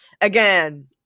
again